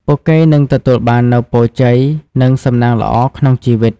ពួកគេនឹងទទួលបាននូវពរជ័យ និងសំណាងល្អក្នុងជីវិត។